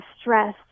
stress